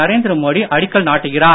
நரேந்திர மோடி அடிக்கல் நாட்டுகிறார்